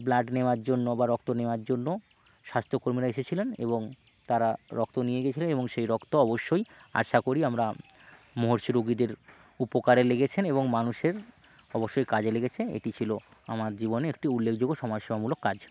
blood নেওয়ার জন্য বা রক্ত নেওয়ার জন্য স্বাস্থ্যকর্মীরা এসেছিলেন এবং তারা রক্ত নিয়ে গিয়েছিলেন এবং সেই রক্ত অবশ্যই আশা করি আমরা মুমূর্ষু রোগীদের উপকারে লেগেছে এবং মানুষের অবশ্যই কাজে লেগেছে এটি ছিল আমার জীবনে একটি উল্লেখযোগ্য সমাজসেবামূলক কাজ